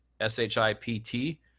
S-H-I-P-T